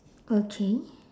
okay